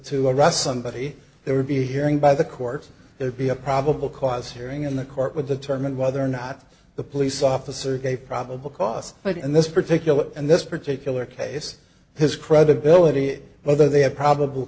to arrest somebody they would be hearing by the court there'd be a probable cause hearing in the court with the term and whether or not the police officer gave probable cause but in this particular in this particular case his credibility whether they have probable